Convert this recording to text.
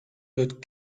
wird